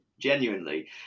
genuinely